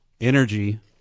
Energy